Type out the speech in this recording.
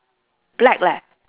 black leh